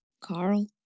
Carl